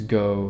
go